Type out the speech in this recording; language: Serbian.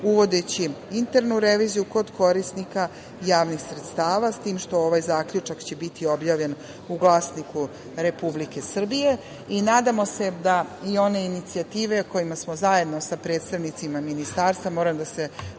uvodeći internu reviziju kod korisnika javnih sredstava. Ovaj zaključak će biti objavljen u Službenom glasniku Republike Srbije i nadamo se da i one inicijative koje smo zajedno sa predstavnicima ministarstva… Moramo da se